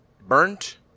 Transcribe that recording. Burnt